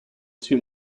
two